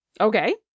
Okay